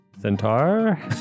centaur